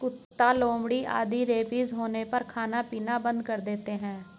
कुत्ता, लोमड़ी आदि रेबीज होने पर खाना पीना बंद कर देते हैं